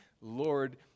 Lord